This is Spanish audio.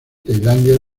tailandia